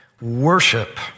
worship